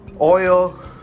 Oil